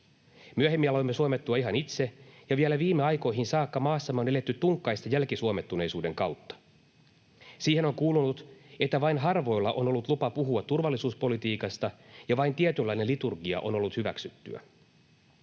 Myöhemmin aloimme suomettua ihan itse, ja vielä viime aikoihin saakka maassamme on eletty tunkkaista jälkisuomettuneisuuden kautta. Siihen on kuulunut, että vain harvoilla on ollut lupa puhua turvallisuuspolitiikasta ja vain tietynlainen liturgia on ollut hyväksyttyä.